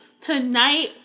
tonight